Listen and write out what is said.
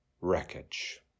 wreckage